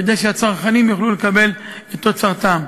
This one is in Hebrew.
כדי שהצרכנים יוכלו לקבל את תוצרתם.